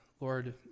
Lord